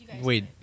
wait